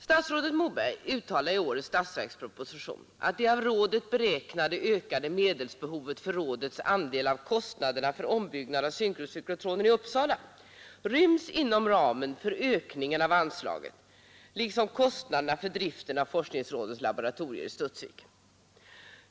Statsrådet Moberg uttalar i årets statsverksproposition att det av rådet beräknade ökade medelsbehovet för rådets andel av kostnaderna för ombyggnad av synkrocyklotronen i Uppsala ryms inom ramen för ökningen av anslaget, liksom kostnaderna för driften av forskningsrådens laboratorier i Studsvik.